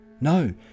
No